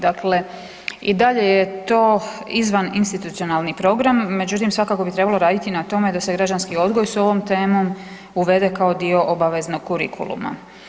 Dakle, i dalje je to izvan institucionalni program, međutim, svakako bi trebalo raditi na tome da se građanski odgoj s ovom temom uvede kao dio obaveznog kurikuluma.